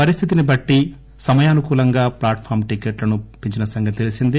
పరిస్థితిని బట్టి సమయానుకూలంగా ప్లాట్ ఫామ్ టికెట్లు పెంచిన సంగతి తెలిసిందే